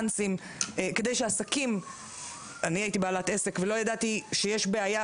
אני הייתי בעלת עסק ולא ידעתי שיש בעיה,